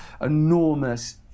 enormous